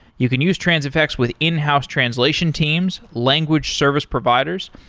you can use transifex with in-house translation teams, language service providers.